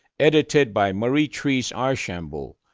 edited by marie therese archambault,